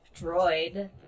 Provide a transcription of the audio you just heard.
Droid